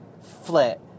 flit